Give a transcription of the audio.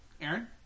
Aaron